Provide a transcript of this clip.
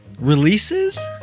Releases